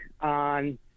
on